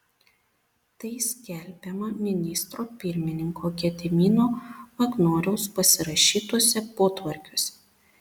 tai skelbiama ministro pirmininko gedimino vagnoriaus pasirašytuose potvarkiuose